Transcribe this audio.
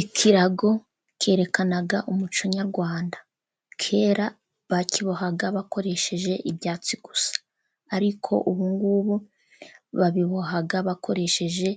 Ikirago cyerekana umuco nyarwanda. Kera bakibohaga bakoresheje ibyatsi gusa, ariko ubungubu babibohaga bakoresheje